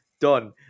done